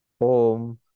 Om